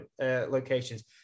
locations